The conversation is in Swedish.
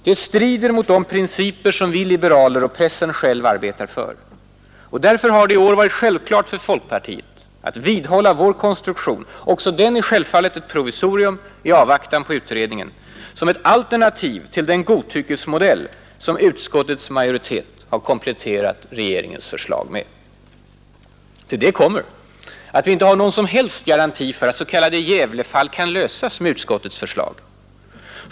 Det strider mot de principer som vi liberaler och pressen själv arbetar för. Därför har det i år varit självklart för folkpartiet att vidhålla vår konstruktion — också den självfallet ett provisorium i avvaktan på utredningen — som ett alternativ till den godtyckesmodell som utskottets majoritet har kompletterat regeringens förslag med. Till det kommer att vi inte har någon som helst garanti för at! s.k. Gävlefall kan lösas med utskottets förslag.